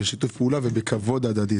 בשיתוף פעולה ובכבוד הדדי.